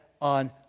on